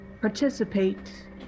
participate